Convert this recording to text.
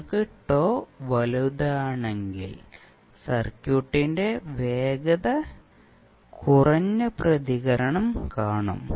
നിങ്ങൾക്ക് τ വലുതാണെങ്കിൽ സർക്യൂട്ടിന്റെ വേഗത കുറഞ്ഞ പ്രതികരണം കാണും